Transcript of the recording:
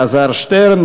אלעזר שטרן,